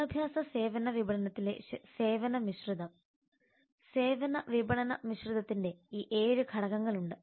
വിദ്യാഭ്യാസ സേവന വിപണനത്തിലെ സേവന മിശ്രിതം സേവന വിപണന മിശ്രിതത്തിന്റെ ഈ ഏഴ് ഘടകങ്ങളുണ്ട്